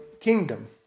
kingdom